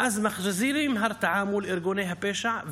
ואז מחזירים הרתעה מול ארגוני הפשע,